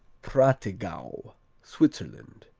prattigau switzerland